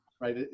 right